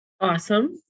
awesome